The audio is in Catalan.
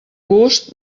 gust